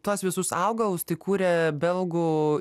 tuos visus augalus tai kurė belgų